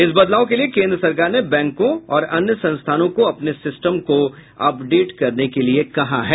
इस बदलाव के लिये केंद्र सरकार ने बैंकों और अन्य संस्थानों को अपने सिस्टमों कों अपडेट करने के लिये कहा है